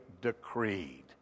decreed